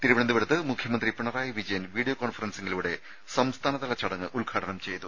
തിരുവനന്തപുരത്ത് മുഖ്യമന്ത്രി പിണറായി വിജയൻ വീഡിയോ കോൺഫറൻസിംഗിലൂടെ സംസ്ഥാനതല ചടങ്ങ് ഉദ്ഘാടനം ചെയ്തു